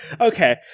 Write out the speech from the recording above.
Okay